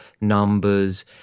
numbers